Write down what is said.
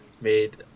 made